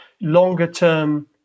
longer-term